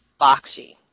Boxy